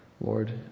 Lord